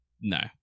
no